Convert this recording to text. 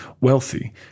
wealthy